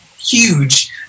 huge